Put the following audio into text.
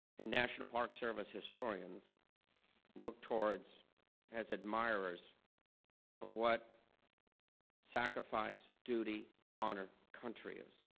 and national park service historians look towards as admirers of what sacrifice, duty, honor, country is.